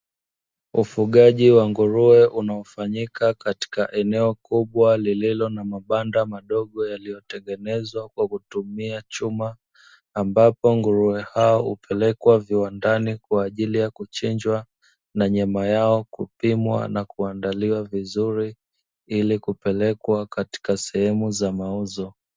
Ufugaji wa nguruwe unaofanyika katika eneo kubwa lililo na mabanda madogo yaliyotengenezwa kwa kutumia chuma, ambapo nguruwe hao hupelekwa viwandani kwaajili ya kuchinjwa na nyama yao kupimwa na kuandaliwa vizuri ili kupelekwa katika sehemu za mauzo.